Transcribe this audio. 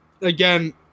Again